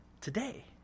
today